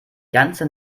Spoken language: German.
ganze